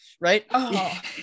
right